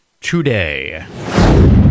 today